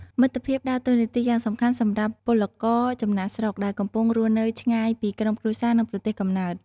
មិត្តភាពដើរតួនាទីយ៉ាងសំខាន់សម្រាប់ពលករចំណាកស្រុក ដែលកំពុងរស់នៅឆ្ងាយពីក្រុមគ្រួសារ និងប្រទេសកំណើត ។